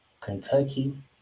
Kentucky